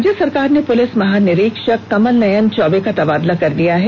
राज्य सरकार ने पुलिस महानिरीक्षक कमल नयन चौबे का तबादला कर दिया है